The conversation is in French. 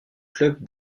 club